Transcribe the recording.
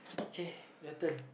K your turn